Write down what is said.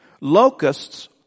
Locusts